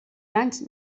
anys